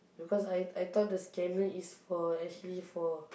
because I I thought the scanner is for actually for